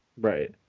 right